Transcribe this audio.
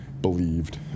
believed